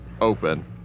open